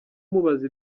umubaza